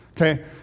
Okay